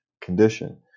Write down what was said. condition